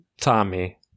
Tommy